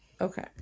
Okay